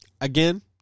again